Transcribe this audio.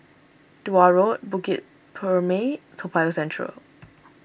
Tuah Road Bukit Purmei Toa Payoh Central